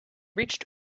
reached